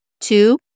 Two